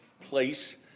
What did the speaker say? place